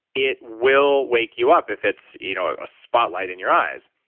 it will wake you up if it's you know ah a spotlight in your eyes.